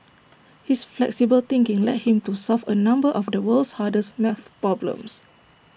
his flexible thinking led him to solve A number of the world's hardest math problems